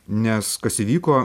nes kas įvyko